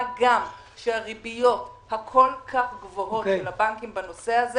מה גם שהריביות הכול כך גבוהות של הבנקים בנושא הזה